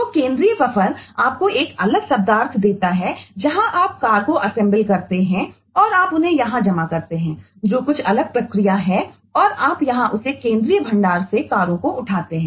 तो केंद्रीय बफर में अधिक शब्दार्थ जोड़ने में कर सकते हैं